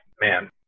man